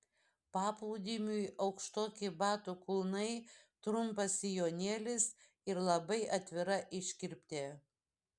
paplūdimiui aukštoki batų kulnai trumpas sijonėlis ir labai atvira iškirptė